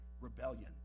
rebellion